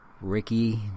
Ricky